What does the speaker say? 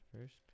First